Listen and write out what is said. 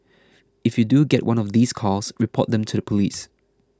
if you do get one of these calls report them to the police